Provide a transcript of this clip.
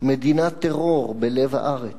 מדינת טרור בלב הארץ.